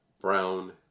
Brown